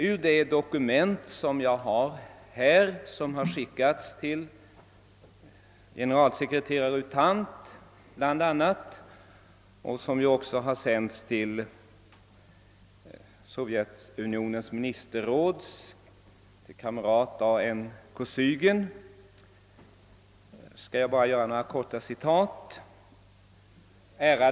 Ur det dokument som skickats till bland andra generalsekreterare U Thant och ordföranden i SSSR:s ministerråd, kamrat A. N. Kosygin, skall jag bara göra ett par korta citat.